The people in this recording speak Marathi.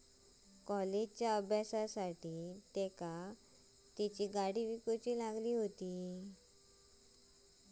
कॉलेजच्या अभ्यासासाठी तेंका तेंची गाडी विकूची लागली हुती